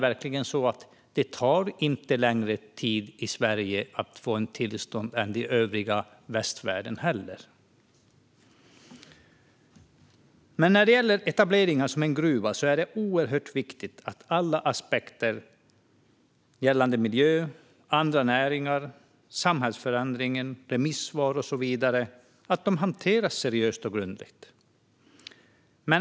Dock tar det inte längre tid i Sverige att få tillstånd än i övriga västvärlden. När det gäller etableringar som en gruva är det oerhört viktigt att alla aspekter gällande miljö, andra näringar, samhällsförändringen, remissvar och så vidare hanteras seriöst och grundligt.